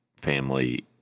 family